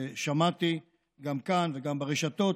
ששמעתי גם כאן וגם ברשתות,